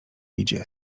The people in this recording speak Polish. idzie